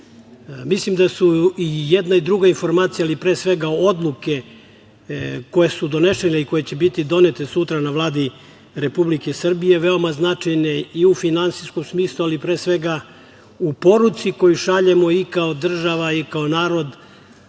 Mislim da su i jedna i druga informacija, ali pre svega odluke koje su donesene i koje će biti donete sutra na Vladi Republike Srbije, veoma značajne i u finansijskom smislu, ali pre svega, u poruci koju šaljemo i kao država i kao narod